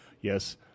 Yes